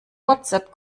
whatsapp